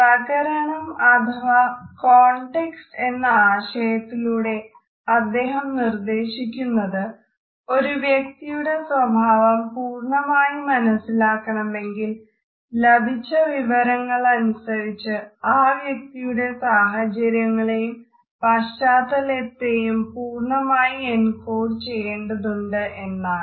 പ്രകരണംകോൺടെക്സ്റ്റ് എന്ന ആശയത്തിലൂടെ അദ്ദേഹം നിർദ്ദേശിക്കുന്നത് ഒരു വ്യക്തിയുടെ സ്വഭാവം പൂർണ്ണമായി മനസ്സിലാക്കണമെങ്കിൽ ലഭിച്ച വിവരങ്ങളനുസരിച്ച് ആ വ്യക്തിയുടെ സാഹചര്യങ്ങളെയും പശ്ചാത്തലത്തെയും പൂർണ്ണമായി എൻകോഡ് ചെയ്യേണ്ടതുണ്ട് എന്നാണ്